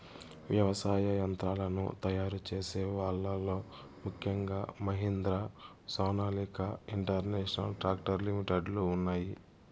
వ్యవసాయ యంత్రాలను తయారు చేసే వాళ్ళ లో ముఖ్యంగా Mahindra, Sonalika international tractor limited లు ఉన్నాయి